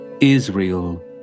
Israel